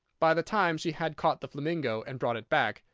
by the time she had caught the flamingo and brought it back,